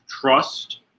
trust